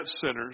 sinners